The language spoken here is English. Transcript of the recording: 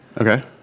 Okay